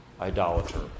idolater